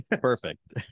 perfect